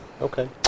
Okay